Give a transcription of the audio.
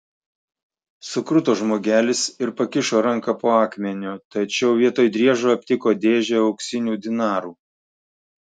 sukruto žmogelis ir pakišo ranką po akmeniu tačiau vietoj driežo aptiko dėžę auksinių dinarų